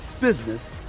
business